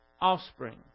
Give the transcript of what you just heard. offspring